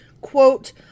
quote